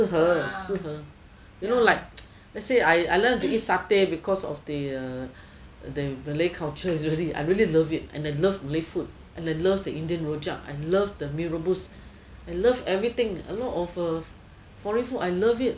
要适合适合 you know like let's say I love to eat satay because of the uh the malay culture really I really love it and I love malay food and I love the indian rojak I love the mee rebus I love everything a lot of uh foreign food I love it